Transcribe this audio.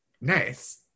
Nice